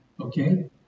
Okay